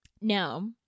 No